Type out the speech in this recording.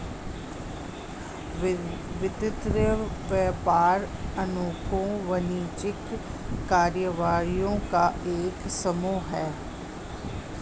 वित्त व्यापार अनेकों वाणिज्यिक कार्यविधियों का एक समूह है